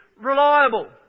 reliable